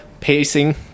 pacing